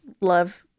love